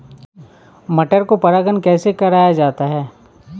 मटर को परागण कैसे कराया जाता है?